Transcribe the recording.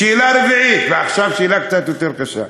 שאלה רביעית, ועכשיו שאלה קצת יותר קשה.